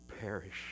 perish